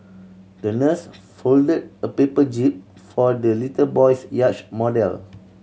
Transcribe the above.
the nurse fold a paper jib for the little boy's yacht model